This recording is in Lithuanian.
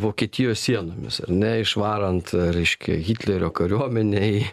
vokietijos sienomis ar ne išvarant reiškia hitlerio kariuomenei